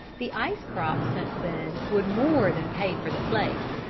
the ice-crop since then would more than pay for the place,